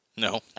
No